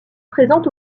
présent